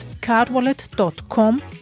cardwallet.com